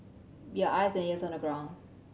be our eyes and ears on the ground